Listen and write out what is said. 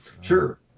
Sure